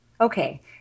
Okay